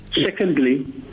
Secondly